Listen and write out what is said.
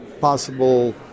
possible